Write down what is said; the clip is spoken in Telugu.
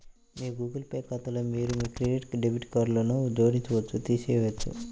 మీ గూగుల్ పే ఖాతాలో మీరు మీ క్రెడిట్, డెబిట్ కార్డ్లను జోడించవచ్చు, తీసివేయవచ్చు